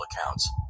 accounts